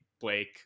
Blake